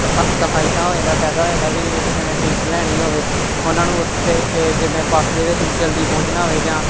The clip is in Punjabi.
ਕਫਾ ਕਿਫਾਇਤੀ ਹੋ ਜਾਂਦਾ ਫਾਇਦਾ ਹੋ ਜਾਂਦਾ ਵੀ ਜਿਵੇਂ ਕਿਸੇ ਨੇ ਟਿਕਟ ਲੈਣੀ ਹੋਵੇ ਉਹਨਾਂ ਨੂੰ ਉੱਥੇ ਜਿੱਦਾਂ ਬੱਸ ਦੇ ਵਿੱਚ ਜਲਦੀ ਪਹੁੰਚਣਾ ਹੋਵੇ ਜਾਂ